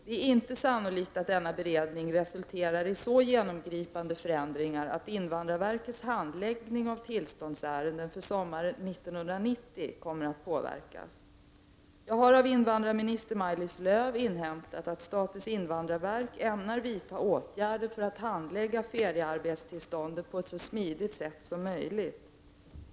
Det är inte sannolikt att denna beredning resulterar i så genomgripande förändringar att invandrarverkets handläggning av tillståndsärenden för sommaren 1990 kommer att påverkas. Jag har av invandrarminister Maj-Lis Lööw inhämtat att statens invandrarverk ämnar vidta åtgärder för att handlägga feriearbetstillstånden på ett så smidigt sätt som möjligt.